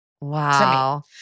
wow